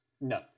No